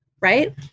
right